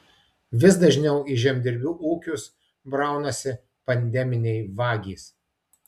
vis dažniau į žemdirbių ūkius braunasi pandeminiai vagys